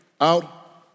out